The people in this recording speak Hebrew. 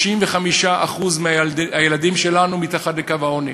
ש-35% מהילדים שלנו מתחת לקו העוני,